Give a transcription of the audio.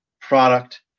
product